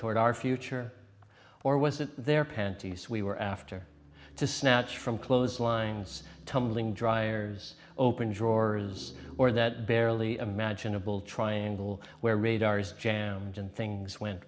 toward our future or was it their panties we were after to snatch from clotheslines tumbling dryers open drawers or that barely imaginable triangle where radars jammed and things went